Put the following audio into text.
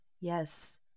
Yes